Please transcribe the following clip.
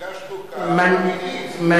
שחוקה שחוקה, אבל אמיתית.